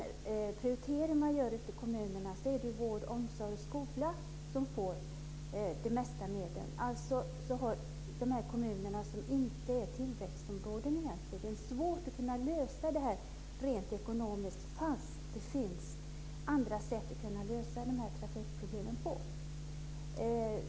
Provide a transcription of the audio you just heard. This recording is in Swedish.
Alltså har de kommuner som inte är tillväxtområden svårt att kunna lösa det här rent ekonomiskt fast det finns andra sätt att lösa de här trafikproblemen på.